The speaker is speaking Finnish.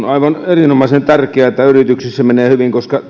aivan erinomaisen tärkeää että yrityksissä menee hyvin koska